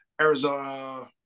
Arizona